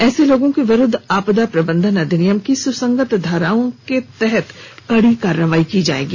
ऐसे लोगों के विरुद्व आपदा प्रबंधन अधिनियम की सुसंगत धाराओं में कड़ी कार्रवाई की जाएगी